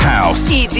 House